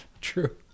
True